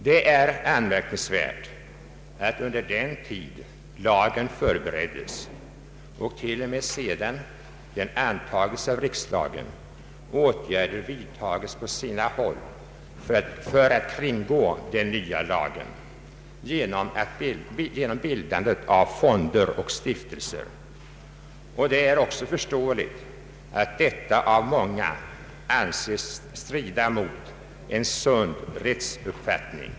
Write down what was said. Det är anmärkningsvärt att under den tid lagen förberedes och till och med sedan den har antagits av riksdagen åtgärder vidtas på sina håll för att kringgå den nya lagen genom bildandet av fonder och stiftelser. Det är också förståeligt att detta av många anses strida mot en sund rättsuppfattning.